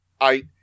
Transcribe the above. I-